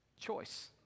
choice